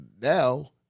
now